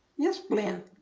yes blynn?